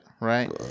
right